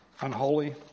unholy